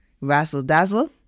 razzle-dazzle